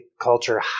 culture